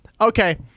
okay